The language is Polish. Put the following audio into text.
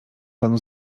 panu